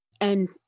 And-